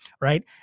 Right